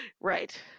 right